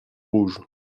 rouge